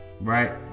Right